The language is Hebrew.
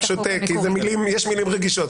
יש מילים רגישות.